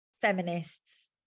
feminists